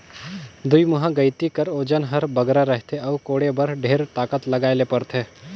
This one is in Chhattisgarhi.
दुईमुहा गइती कर ओजन हर बगरा रहथे अउ कोड़े बर ढेर ताकत लगाए ले परथे